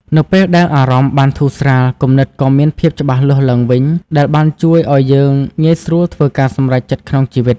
នៅពេលដែលអារម្មណ៍បានធូរស្រាល គំនិតក៏មានភាពច្បាស់លាស់ឡើងវិញ ដែលបានជួយឲ្យយើងងាយស្រួលធ្វើការសម្រេចចិត្តក្នុងជីវិត។